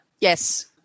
Yes